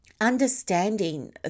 understanding